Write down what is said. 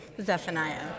Zephaniah